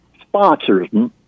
sponsors